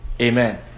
Amen